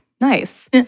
Nice